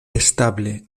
estable